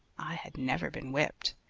i had never been whipped.